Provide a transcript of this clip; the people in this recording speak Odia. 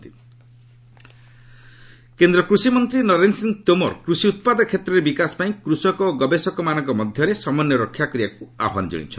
ତୋମାର ଏଗ୍ରିକଲଚର କେନ୍ଦ୍ର କୃଷିମନ୍ତ୍ରୀ ନରେନ୍ଦ୍ର ସିଂହ ତୋମାର କୃଷି ଉତ୍ପାଦ କ୍ଷେତ୍ରରେ ବିକାଶ ପାଇଁ କୃଷକ ଓ ଗବେଷକ ମାନଙ୍କ ମଧ୍ୟରେ ସମନ୍ୱୟ ରକ୍ଷା କରିବାକୁ ଆହ୍ୱାନ ଜଶାଇଛନ୍ତି